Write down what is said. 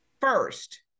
first